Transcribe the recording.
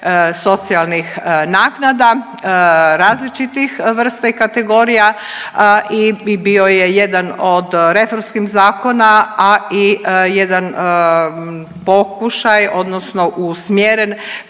socijalnih naknada različitih vrsta i kategorija i bio je jedan od reformskih zakona, a i jedan pokušaj odnosno usmjeren